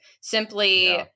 simply